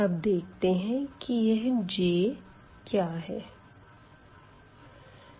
अब देखते है की यह J क्या है